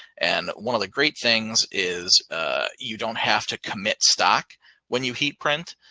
and one of the great things is you don't have to commit stock when you heat print.